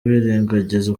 birengagiza